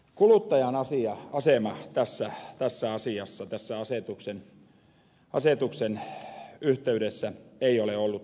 kuluttajan asema tässä asiassa tässä asetuksen yhteydessä ei ole ollut kadehdittava